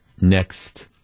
next –